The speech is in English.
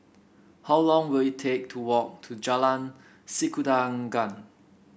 how long will it take to walk to Jalan Sikudangan